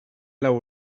lau